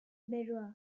beroa